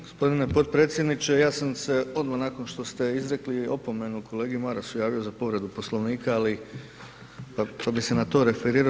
Gospodine potpredsjedniče ja sam se odmah nakon što ste izrekli opomenu kolegi Marasu javio za povredu Poslovnika, ali, pa bi se na to referirao.